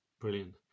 Brilliant